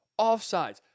Offsides